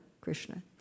Krishna